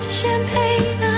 champagne